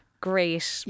great